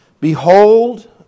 Behold